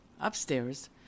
Upstairs